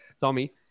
Tommy